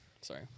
Sorry